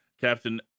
Captain